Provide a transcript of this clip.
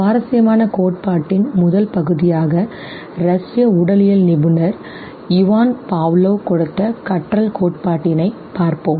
சுவாரஸ்யமான கோட்பாட்டின் முதல் பகுதியாக ரஷ்ய உடலியல் நிபுணர் இவான் பாவ்லோவ் கொடுத்த கற்றல் கோட்பாட்டினை பார்ப்போம்